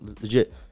legit